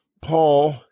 paul